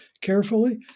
carefully